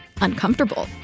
uncomfortable